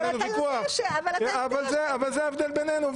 זה ההבדל בינינו.